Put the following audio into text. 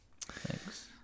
Thanks